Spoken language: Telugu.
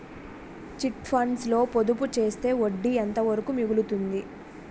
చిట్ ఫండ్స్ లో పొదుపు చేస్తే వడ్డీ ఎంత వరకు మిగులుతుంది?